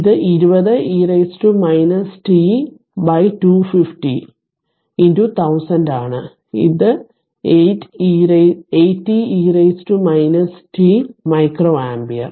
ഇത് 20 e t 250 1000 ആണ് 80 e t microampere